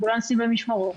אמבולנסים במשמרות,